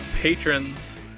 patrons